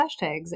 hashtags